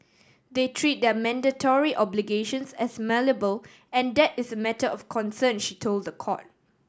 they treat their mandatory obligations as malleable and that is a matter of concern she told the court